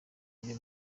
byo